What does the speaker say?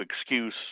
excuse